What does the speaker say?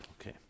Okay